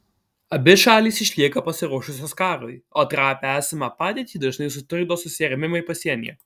abi šalys išlieka pasiruošusios karui o trapią esamą padėtį dažnai sutrikdo susirėmimai pasienyje